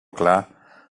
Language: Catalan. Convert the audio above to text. clar